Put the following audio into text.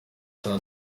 saa